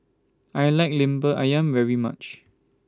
I like Lemper Ayam very much